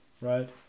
right